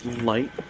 light